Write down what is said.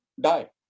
Die